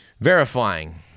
verifying